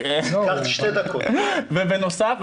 ובנוסף,